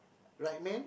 right man